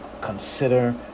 Consider